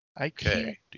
Okay